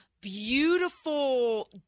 beautiful